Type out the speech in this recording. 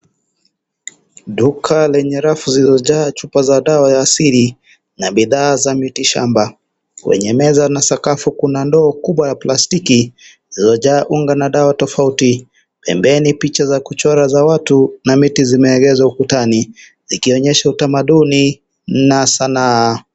Duka lenye rafu zilizojaa chupa za dawa ya asili na bidhaa za miti shamba, kwenye meza na sakafu kuna ndoo kubwa ya plastiki iliyojaa unga na dawa tofauti, pembeni chupa za kuchora za watu na miti zimeegezwa ukutani zikionyesha utamaduni na sanaa.